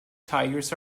tigers